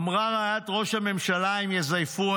אמרה רעיית ראש הממשלה: הם יזייפו,